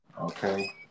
Okay